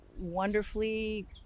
wonderfully